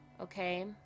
okay